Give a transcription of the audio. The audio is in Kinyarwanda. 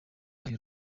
oya